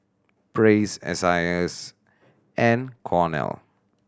Praise S I S and Cornell